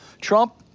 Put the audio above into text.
Trump